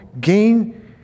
gain